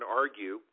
argue